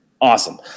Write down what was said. Awesome